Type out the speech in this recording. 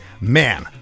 man